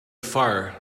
far